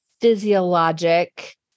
physiologic